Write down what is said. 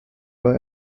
war